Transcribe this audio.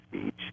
speech